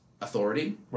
authority